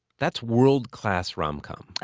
that's world-class rom-com.